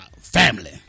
Family